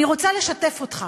אני רוצה לשתף אותך.